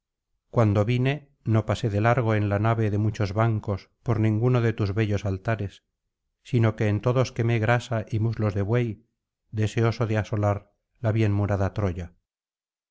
cuando vine no pasé de largo en la nave de muchos bancos por ninguno de tus bellos altares sino que en todos quemé grasa y muslos de buey deseoso de asolar la bien murada troya